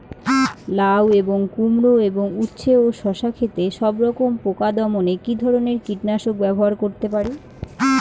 লাউ এবং কুমড়ো এবং উচ্ছে ও শসা ক্ষেতে সবরকম পোকা দমনে কী ধরনের কীটনাশক ব্যবহার করতে পারি?